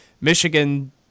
Michigan